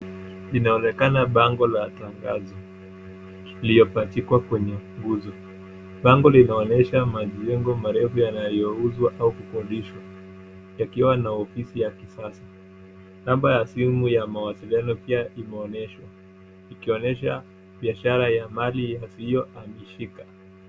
Inaonekana bango la tangazo iliyopachikwa kwenye nguzo. Bango linaonyesha majengo marefu yanayouzwa au kukodishwa yakiwa na ofisi ya kisasa. Namba ya simu ya mawasiliano pia imeonyeshwa ikionyesha biashara ya mali yasiyohamishika.